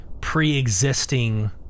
pre-existing